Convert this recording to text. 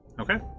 Okay